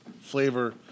flavor